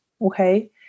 okay